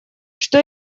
что